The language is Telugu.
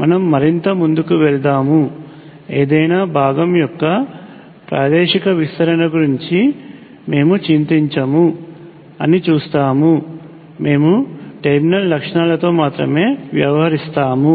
మనం మరింత ముందుకు వెళ్తాము ఏదైనా భాగం యొక్క ప్రాదేశిక విస్తరణ గురించి మేము చింతించము అని చూస్తాము మేము టెర్మినల్ లక్షణాలతో మాత్రమే వ్యవహరిస్తాము